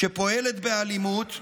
שפועלת באלימות,